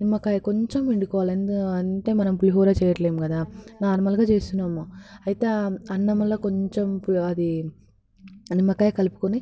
నిమ్మకాయ కొంచెం పిండుకోవాలి అంటే మనం పులిహోర చేయటం లేదు కదా నార్మల్గా చేస్తున్నాము అయితే అన్నంలో కొంచెం అది ఆ నిమ్మకాయ కలుపుకొని